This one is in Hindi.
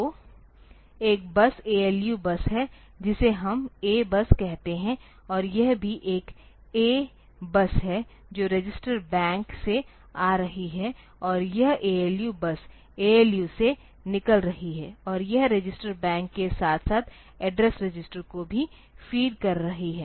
तो एक बस ALU बस है जिसे हम A बस कहते हैं और यह भी एक A बस है जो रजिस्टर बैंक से आ रही है और यह ALU बस ALU से निकल रही है और यह रजिस्टर बैंक के साथ साथ एड्रेस रजिस्टर को भी फीड कर रही है